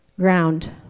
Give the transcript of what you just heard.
ground